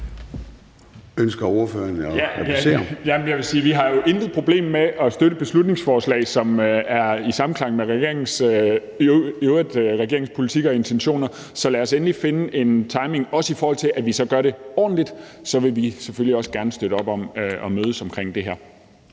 Ønsker ordføreren at replicere? Kl. 10:16 Jens Joel (S): Ja! Jeg vil sige, at vi har intet problem med at støtte beslutningsforslag, som er i samklang med regeringens politik og intentioner i øvrigt, så lad os endelig finde en timing, også i forhold til at vi så gør det ordentligt. Så vi vil selvfølgelig også gerne støtte op om at mødes omkring det her.